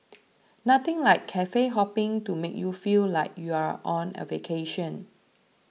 nothing like cafe hopping to make you feel like you're on a vacation